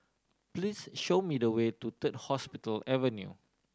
please show me the way to Third Hospital Avenue